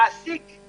המעסיק